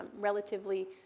relatively